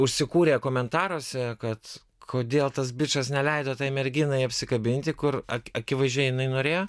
užsikūrė komentaruose kad kodėl tas bičas neleido tai merginai apsikabinti kur ak akivaizdžiai jinai norėjo